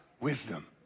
wisdom